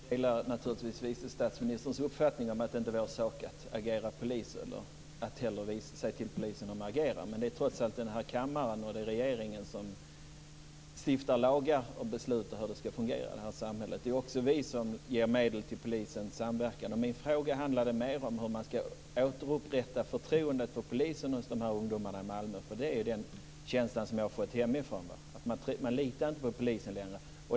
Fru talman! Jag delar naturligtvis vice statsministerns uppfattning om att det inte är vår sak att agera polis eller att säga till polisen hur den ska agera. Men det är trots allt denna kammare och regeringen som stiftar lagar och beslutar om hur det ska fungera i samhället. Det är också vi som ger medel till polisens samverkan. Min fråga handlade mer om hur man ska återupprätta förtroendet för polisen hos de här ungdomarna i Malmö. Det är nämligen den känslan jag har fått hemifrån - man litar inte på polisen längre.